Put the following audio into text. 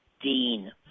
Dean